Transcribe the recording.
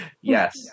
Yes